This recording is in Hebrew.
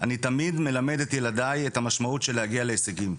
אני תמיד מלמד את ילדיי את המשמעות של להגיע להישגים.